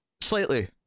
Slightly